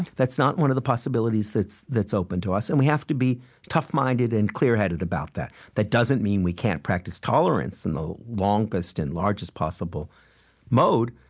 that's not one of the possibilities that's that's open to us, and we have to be tough-minded and clear-headed about that. that doesn't mean we can't practice tolerance in the longest and largest possible mode,